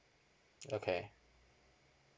okay